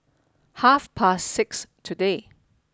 half past six today